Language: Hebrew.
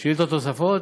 שאילתות נוספות?